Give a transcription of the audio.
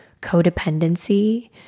codependency